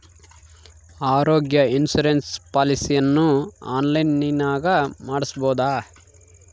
ಆರೋಗ್ಯ ಇನ್ಸುರೆನ್ಸ್ ಪಾಲಿಸಿಯನ್ನು ಆನ್ಲೈನಿನಾಗ ಮಾಡಿಸ್ಬೋದ?